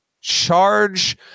charge